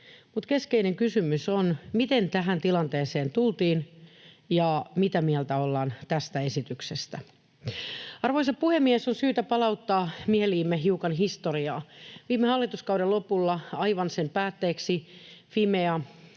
keskeinen kysymys on, miten tähän tilanteeseen tultiin ja mitä mieltä ollaan tästä esityksestä. Arvoisa puhemies! On syytä palauttaa mieliimme hiukan historiaa: Viime hallituskauden lopulla, aivan sen päätteeksi, Fimea